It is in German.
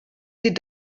sie